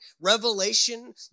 revelation